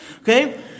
okay